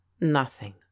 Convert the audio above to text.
nothing